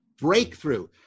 breakthrough